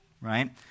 right